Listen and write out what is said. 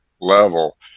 level